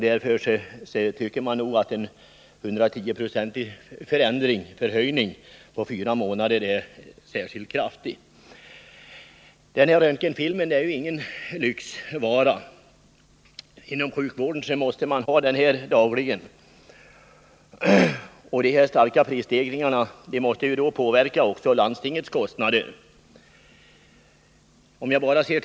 Därför är en förhöjning av priset på röntgenfilm med 110 96 under fyra månader uppseendeväckande kraftig. Röntgenfilm är ju ingen lyxvara. Inom sjukvården används den dagligen. Dessa starka prisstegringar påverkar därför även landstingens kostnader.